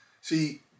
See